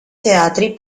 teatri